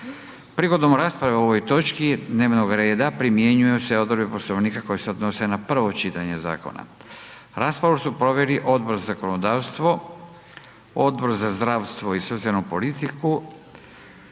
Prigodom rasprave o ovoj točki dnevnog reda primjenjuju se odredbe Poslovnika koje se odnose na prvo čitanje zakona. Raspravu su proveli Odbor za zakonodavstvo, Odbor za zdravstvo i socijalnu politiku,